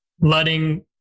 letting